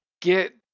Get